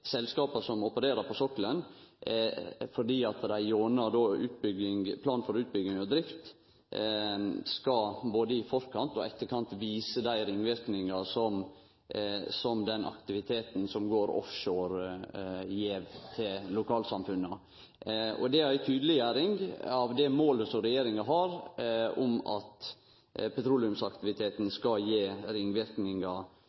som opererer på sokkelen, fordi dei gjennom plan for utbygging og drift skal både i forkant og i etterkant vise dei ringverknadene som den aktiviteten som går offshore, gjev til lokalsamfunna. Det er ei tydeleggjering av det målet som regjeringa har om at petroleumsaktiviteten